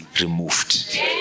removed